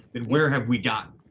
then where have we gotten?